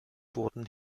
wurden